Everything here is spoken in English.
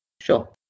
Sure